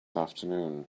afternoon